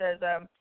says